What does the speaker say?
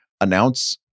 announce